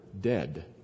dead